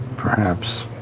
perhaps,